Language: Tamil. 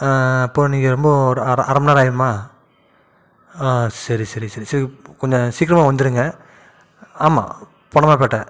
ஆ ஆ அப்போது நீங்க ரொம்ப ஒரு அரை அரை மணி நேரம் ஆகிடுமா ஆ சரி சரி சரி சரி கொஞ்சம் சீக்கிரமாக வந்துடுங்க ஆமாம் பொன்னமாப்பேட்ட